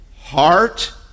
heart